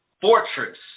fortress